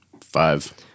Five